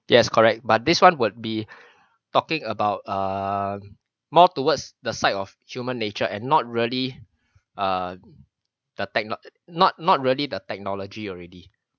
yes correct but this [one] would be talking about um more towards the side of human nature and not really ah the tech not not not really the technology already